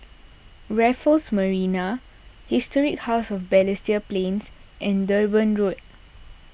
Raffles Marina Historic House of Balestier Plains and Durban Road